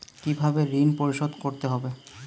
কিভাবে ঋণ পরিশোধ করতে হবে?